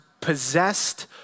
possessed